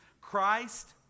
Christ